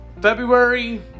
February